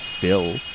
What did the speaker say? Bill